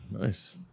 Nice